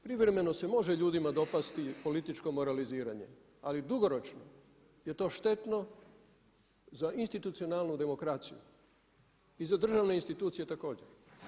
Privremeno se može ljudima dopasti političko moraliziranje ali dugoročno je to štetno za institucionalnu demokraciju i za državne institucije također.